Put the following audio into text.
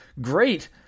great